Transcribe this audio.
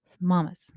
Mamas